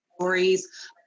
stories